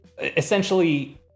essentially